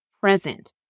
present